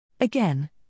Again